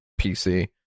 PC